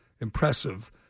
impressive